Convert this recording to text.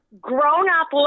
grown-up